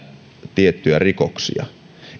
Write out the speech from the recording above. tiettyjä rikoksia